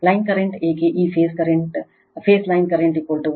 line current ಏಕೆ ಈ phase line current phase current ಏಕೆ